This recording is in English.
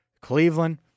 cleveland